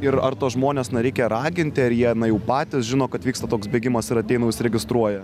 ir ar tuos žmones na reikia raginti ar jie na jau patys žino kad vyksta toks bėgimas ir ateina užsiregistruoja